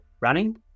running